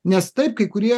nes taip kai kurie